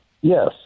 Yes